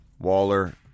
Waller